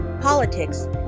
politics